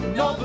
no